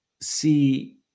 see